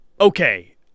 Okay